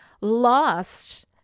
lost